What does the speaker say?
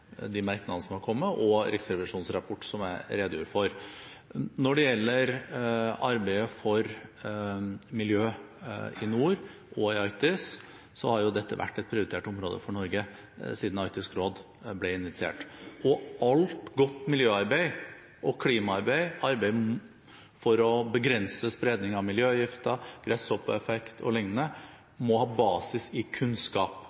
de merknadene som er kommet, og Riksrevisjonens rapport, som jeg redegjorde for. Når det gjelder arbeidet for miljøet i nord og i Arktis, har dette vært et prioritert område for Norge siden Arktisk råd ble initiert. Alt godt miljøarbeid og klimaarbeid, arbeid for å begrense spredning av miljøgifter, «gresshoppeeffekt» o.l., må ha basis i kunnskap,